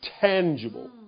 tangible